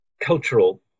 cultural